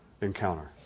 encounter